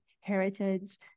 heritage